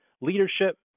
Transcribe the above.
leadership